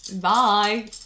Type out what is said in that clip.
Bye